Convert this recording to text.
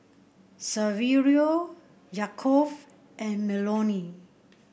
Saverio Yaakov and Melony